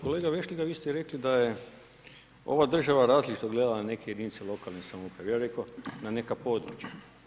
Kolega Vešligaj, vi ste rekli da je ova država različito gledala na neka jedinice lokalne samouprave, ja reko, na neka područja.